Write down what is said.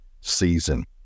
season